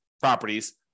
properties